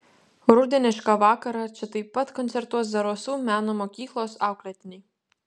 rudenišką vakarą čia taip pat koncertuos zarasų meno mokyklos auklėtiniai